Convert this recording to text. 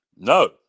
No